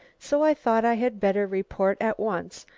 so i thought i had better report at once.